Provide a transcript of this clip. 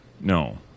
No